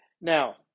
Now